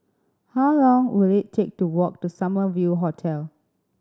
how long will it take to walk to Summer View Hotel